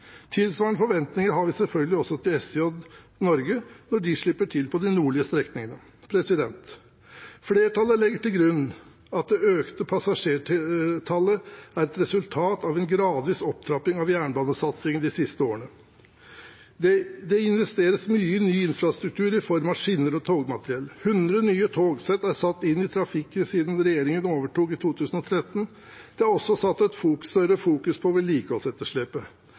Tilsvarende forventninger har vi selvfølgelig også til SJ Norge når de slipper til på de nordlige strekningene. Flertallet legger til grunn at det økte passasjertallet er et resultat av en gradvis opptrapping av jernbanesatsingen de siste årene. Det investeres mye i ny infrastruktur i form av skinner og togmateriell. 100 nye togsett er satt inn i trafikk siden regjeringen overtok i 2013. Det er også i større grad fokusert på vedlikeholdsetterslepet.